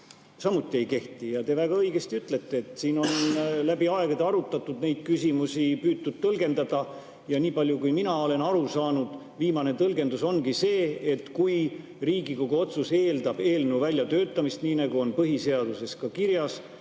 samuti ei kehti. Te väga õigesti ütlesite, et siin on aegade jooksul arutatud neid küsimusi, püütud neid tõlgendada. Nii palju, kui mina olen aru saanud, siis viimane tõlgendus ongi see, et kui Riigikogu otsus eeldab eelnõu väljatöötamist, nii nagu on põhiseaduses ka kirjas,